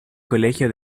colegio